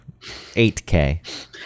8k